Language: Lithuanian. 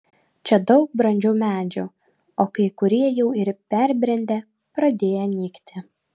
čia daug brandžių medžių o kai kurie jau ir perbrendę pradėję nykti